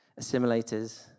assimilators